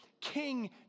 king